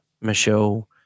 Michelle